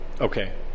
Okay